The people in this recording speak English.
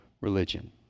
religion